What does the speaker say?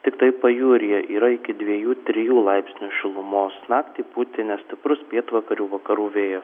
tiktai pajūryje yra iki dviejų trijų laipsnių šilumos naktį pūtė nestiprus pietvakarių vakarų vėjas